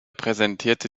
präsentierte